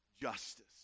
justice